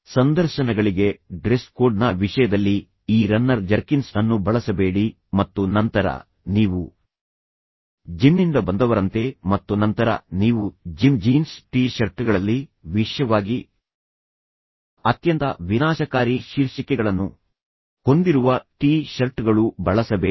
ಸಂದರ್ಶನಗಳಿಗೆ dress ಕೋಡ್ನ ವಿಷಯದಲ್ಲಿ ಈ ರನ್ನರ್ ಜರ್ಕಿನ್ಸ್ ಅನ್ನು ಬಳಸಬೇಡಿ ಮತ್ತು ನಂತರ ನೀವು ಜಿಮ್ನಿಂದ ಬಂದವರಂತೆ ಮತ್ತು ನಂತರ ನೀವು ಜಿಮ್ ಜೀನ್ಸ್ ಟೀ ಶರ್ಟ್ಗಳಲ್ಲಿ ವಿಶೇಷವಾಗಿ ಅತ್ಯಂತ ವಿನಾಶಕಾರಿ ಶೀರ್ಷಿಕೆಗಳನ್ನು ಹೊಂದಿರುವ ಟೀ ಶರ್ಟ್ಗಳು ಬಳಸಬೇಡಿ